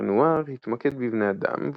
רנואר התמקד בבני אדם,